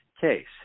case